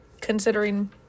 considering